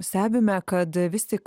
stebime kad vis tik